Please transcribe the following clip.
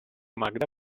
magda